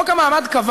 חוק המעמד קבע